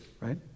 right